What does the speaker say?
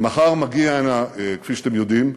מחר מגיע הנה, כפי שאתם יודעים,